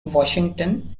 washington